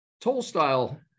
toll-style